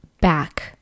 back